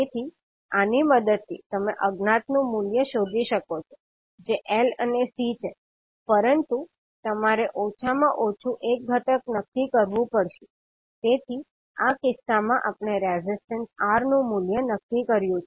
તેથી આની મદદથી તમે અજ્ઞાત નું મૂલ્ય શોધી શકો છો જે L અને C છે પરંતુ તમારે ઓછામાં ઓછું એક ઘટક નક્કી કરવું પડશે તેથી આ કિસ્સામાં આપણે રેઝિસ્ટન્સ R નું મૂલ્ય નક્કી કર્યું છે